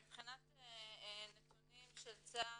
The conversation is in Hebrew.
מבחינת נתונים של צה"ל,